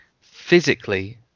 physically